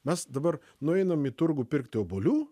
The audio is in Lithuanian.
mes dabar nueinam į turgų pirkti obuolių